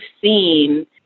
seen